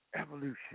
Evolution